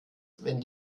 wenn